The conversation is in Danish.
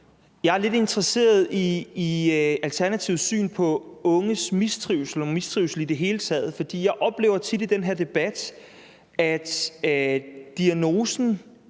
Jeg er lidt interesseret i Alternativets syn på unges mistrivsel og mistrivsel i det hele taget, for jeg oplever tit i den her debat, at diagnosen